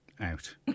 out